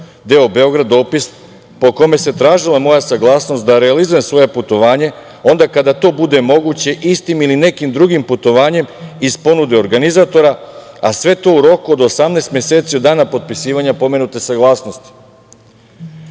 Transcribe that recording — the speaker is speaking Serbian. doo Beograd, dopis po kome se tražila moja saglasnost da realizujem svoje putovanje onda kada to bude moguće istim ili nekim drugim putovanjem iz ponude organizatora, a sve to u roku od 18 meseci od dana potpisivanja pomenute saglasnosti. Rukovodeći